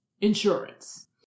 insurance